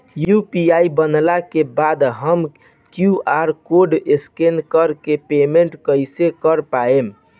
UPI बनला के बाद हम क्यू.आर कोड स्कैन कर के पेमेंट कइसे कर पाएम?